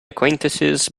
acquaintances